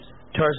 Tarzan